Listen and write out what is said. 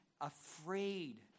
afraid